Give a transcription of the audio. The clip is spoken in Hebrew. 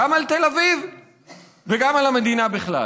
גם על תל אביב וגם על המדינה בכלל.